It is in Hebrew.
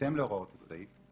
בהתאם להוראות הסעיף,